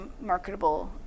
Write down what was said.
marketable